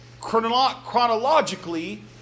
chronologically